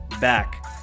back